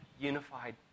unified